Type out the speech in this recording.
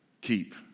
keep